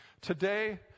Today